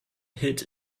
hit